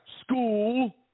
school